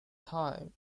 time